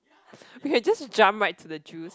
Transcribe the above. we can just jump right to the juice